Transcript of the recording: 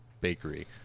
bakery